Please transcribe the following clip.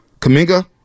Kaminga